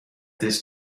this